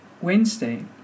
Wednesday